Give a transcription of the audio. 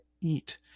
eat